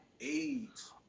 AIDS